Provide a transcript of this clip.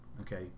okay